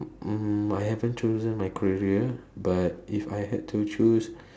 mm I haven't chosen my career but if I had to choose